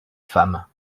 femmes